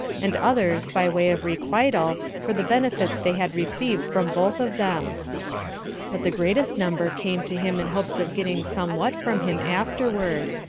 and others by way of requital for the benefits they had received from both of them but the greatest number came to him in hopes of getting somewhat from him afterward,